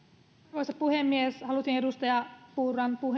arvoisa puhemies halusin edustaja purran